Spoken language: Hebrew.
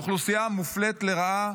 הם אוכלוסייה מופלית לרעה.